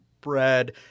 bread